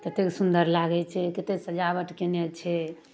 कतेक सुन्दर लागै छै कतेक सजावट कएने छै